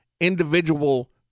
individual